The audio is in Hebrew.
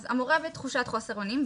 אז המורה תחושת אונים,